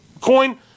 coin